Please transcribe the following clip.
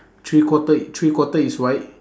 three quarter three quarter is white